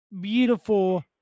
Beautiful